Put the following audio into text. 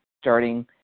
starting